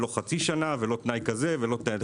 לא חצי שנה ולא תנאי כזה ולא אחר.